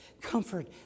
Comfort